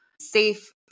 safe